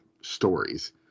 stories